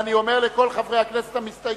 ואני אומר לכל חברי הכנסת המסתייגים: